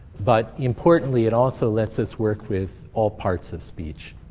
but importantly, it also lets us work with all parts of speech.